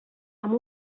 amb